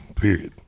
period